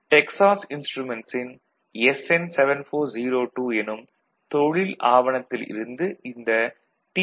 நான் Texas instruments ன் SN7402 எனும் தொழில் ஆவணத்தில் இருந்து இந்த டி